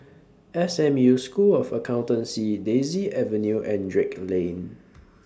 S M U School of Accountancy Daisy Avenue and Drake Lane